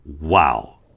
Wow